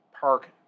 Park